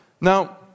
Now